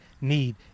need